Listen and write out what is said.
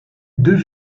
deux